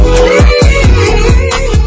please